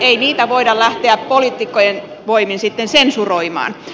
ei niitä voida lähteä poliitikkojen voimin sitten sensuroimaan